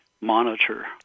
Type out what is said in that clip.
monitor